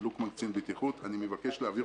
אני מבקש להבהיר